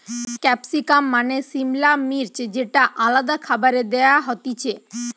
capsicum মানে সিমলা মির্চ যেটা আলাদা খাবারে দেয়া হতিছে